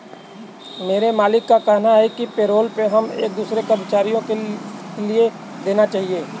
मेरे मालिक का कहना है कि पेरोल हमें एक दूसरे कर्मचारियों के लिए देना चाहिए